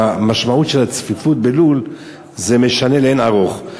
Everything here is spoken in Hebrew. והמשמעות של הצפיפות בלול, היא משנה לאין ערוך.